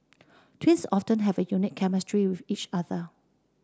twins often have a unique chemistry with each other